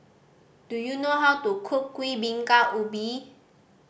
do you know how to cook Kuih Bingka Ubi